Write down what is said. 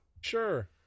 Sure